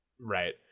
right